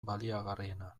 baliagarriena